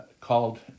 called